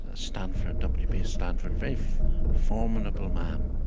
ah stanford w b. stanford, very formidable man.